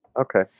Okay